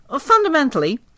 Fundamentally